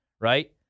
right